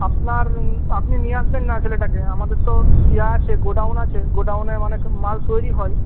আপনার আপনি নিয়ে আসবেন না ছেলেটাকে আমাদের তো ইয়ে আছে গোডাউন আছে গোডাউনে অনেক মাল তৈরি হয়